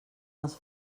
els